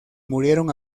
murieron